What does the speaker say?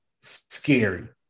scary